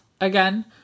again